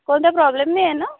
कोणता प्रोब्लेम नाही आहे न